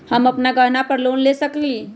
हम अपन गहना पर लोन ले सकील?